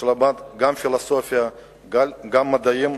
שלמד גם פילוסופיה וגם מדעים.